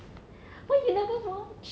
why they never